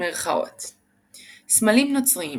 " סמלים נוצריים